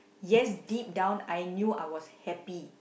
yes deep down I knew I was happy